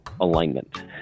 alignment